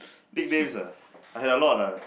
nicknames ah I have a lot ah